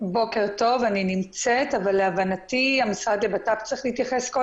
סמנכ"ל אסטרטגיה במשרד לביטחון פנים.